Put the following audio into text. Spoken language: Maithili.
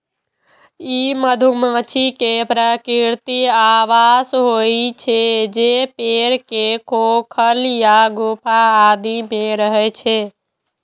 ई मधुमाछी के प्राकृतिक आवास होइ छै, जे पेड़ के खोखल या गुफा आदि मे रहै छै